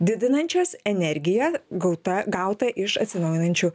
didinančios energiją gauta gautą iš atsinaujinančių